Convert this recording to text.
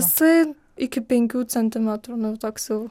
jisai iki penkių centimetrų nu toks jau